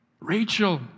Rachel